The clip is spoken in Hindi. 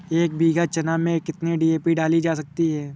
एक बीघा चना में कितनी डी.ए.पी डाली जा सकती है?